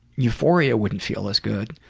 euphoria wouldn't feel as good.